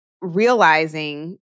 realizing